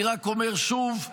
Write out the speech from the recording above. אני רק אומר שוב,